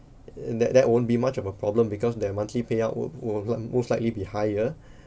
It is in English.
uh that that won't be much of a problem because their monthly payout would would most likely be higher